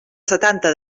setanta